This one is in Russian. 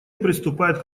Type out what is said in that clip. приступает